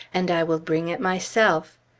and i will bring it myself!